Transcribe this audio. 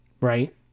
Right